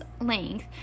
length